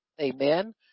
amen